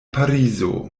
parizo